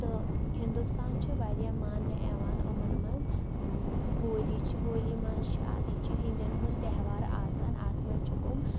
تہٕ ہِندوستان چھُ واریاہ ماننہٕ یِوان یِمَن منٛز ہولی چھِ ہولی منٛز چھُ آز یہِ چھُ ہندین ہُند تہوار آسان اَتھ منٛز چھُ یِمۍ